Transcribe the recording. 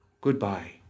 goodbye